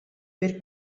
per